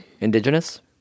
Indigenous